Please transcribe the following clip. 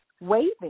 waving